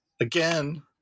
again